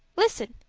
listen.